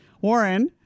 warren